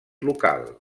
local